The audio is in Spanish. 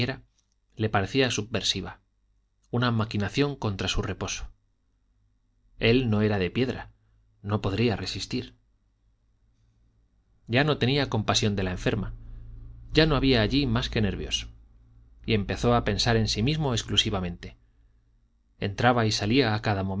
le parecía subversiva una maquinación contra su reposo él no era de piedra no podría resistir ya no tenía compasión de la enferma ya no había allí más que nervios y empezó a pensar en sí mismo exclusivamente entraba y salía a cada